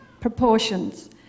proportions